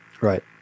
Right